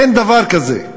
אין דבר כזה.